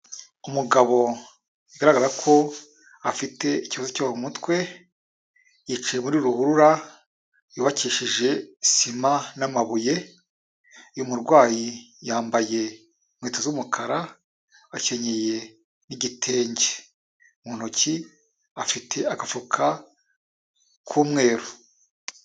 Umugabo bigaragara ko afite ikibazo cyo mu mutwe yicaye mu rubura yubakishije sima n'amabuye. umurwayi yambaye inkweto z'umukara bakenyeye igitenge mu ntoki afite agafuka k'umweru.